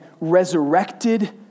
resurrected